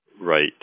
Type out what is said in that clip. right